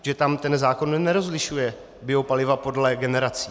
Protože tam ten zákon nerozlišuje biopaliva podle generací.